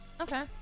Okay